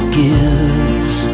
gives